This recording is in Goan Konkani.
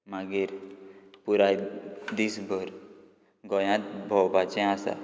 मागीर पुराय दीस भर गोंयांत भोंवपाचें आसा